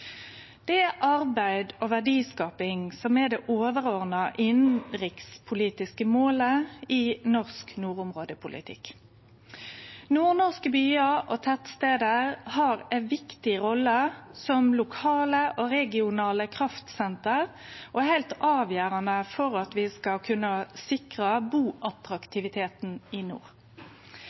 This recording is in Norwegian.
Det er arbeid og verdiskaping som er det overordna innanrikspolitiske målet i norsk nordområdepolitikk. Nordnorske byar og tettstader har ei viktig rolle som lokale og regionale kraftsenter og er heilt avgjerande for at vi skal kunne sikre buattraktiviteten i nord.